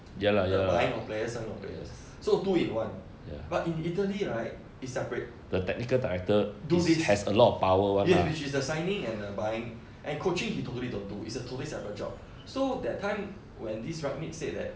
the buying of players sign of players so two in one but in italy right it's separate do this yes which is the signing and the buying and coaching he totally don't do it's a totally separate job so that time when this rangnick said that